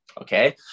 Okay